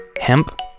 hemp